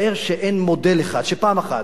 שפעם אחת יעמידו רב אחד לדין,